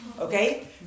Okay